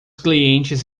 clientes